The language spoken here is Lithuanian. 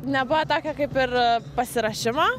nebuvo tokio kaip ir pasiruošimo